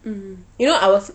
mm you know I was